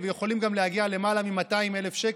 ויכולים גם להגיע ללמעלה מ-200,000 שקל,